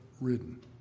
ridden